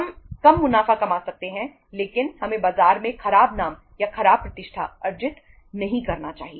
हम कम मुनाफा कमा सकते हैं लेकिन हमें बाजार में खराब नाम या खराब प्रतिष्ठा अर्जित नहीं करना चाहिए